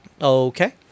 okay